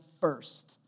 first